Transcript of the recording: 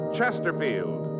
Chesterfield